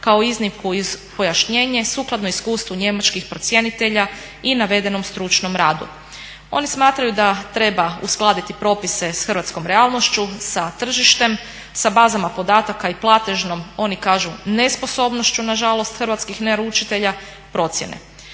kao iznimku iz pojašnjenja sukladno iskustvu njemačkih procjenitelja i navedenom stručnom radu. Oni smatraju da treba uskladiti propise s hrvatskom realnošću, sa tržištem, sa bazama podataka i platežnom oni kažu nesposobnošću nažalost hrvatskih naručitelja procjene.